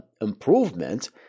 improvement